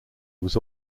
was